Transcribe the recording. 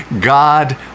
God